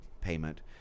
payment